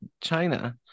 China